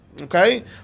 okay